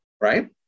right